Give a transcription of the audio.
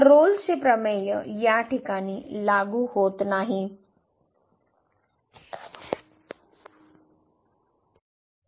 तर रोल्सचे प्रमेय या ठिकाणी लागू होत नाही